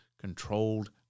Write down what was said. controlled